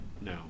No